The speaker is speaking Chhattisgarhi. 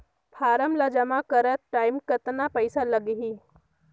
फारम ला जमा करत टाइम कतना पइसा लगही?